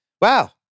wow